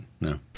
no